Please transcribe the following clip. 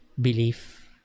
belief